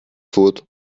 foot